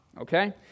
Okay